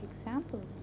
examples